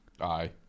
Aye